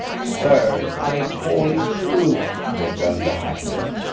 sir, i call it truth, returned the hatter,